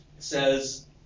says